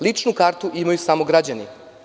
Ličnu kartu imaju samo građani.